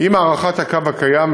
עם הארכת הקו הקיים,